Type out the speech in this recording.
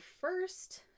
first